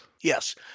Yes